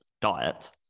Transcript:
diet